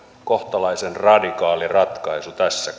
kohtalaisen radikaali ratkaisu tässä